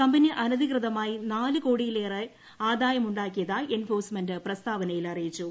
company അനധികൃതമായി നാലു കോടിയിലേറെ ആദായം ഉണ്ടാക്കിയതായി എൻഫോഴ്സ്മെന്റ് പ്രസ്താവനയിൽ അറിയിച്ചു